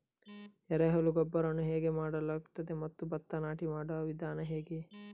ಎರೆಹುಳು ಗೊಬ್ಬರವನ್ನು ಹೇಗೆ ಮಾಡಲಾಗುತ್ತದೆ ಮತ್ತು ಭತ್ತ ನಾಟಿ ಮಾಡುವ ವಿಧಾನ ಹೇಗೆ?